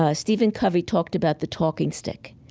ah stephen covey talked about the talking stick,